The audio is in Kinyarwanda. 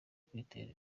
kwiteza